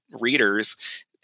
readers